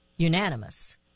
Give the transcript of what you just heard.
unanimous